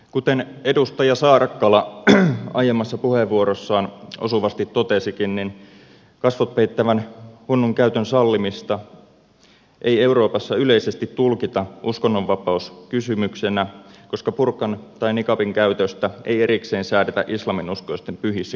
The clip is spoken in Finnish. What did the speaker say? kuten edustaja saarakkala aiemmassa puheenvuorossaan osuvasti totesikin niin kasvot peittävän hunnun käytön sallimista ei euroopassa yleisesti tulkita uskonnonvapauskysymyksenä koska burkan tai niqabin käytöstä ei erikseen säädetä islaminuskoisten pyhissä kirjoituksissa